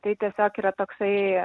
tai tiesiog yra toksai